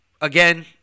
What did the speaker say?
again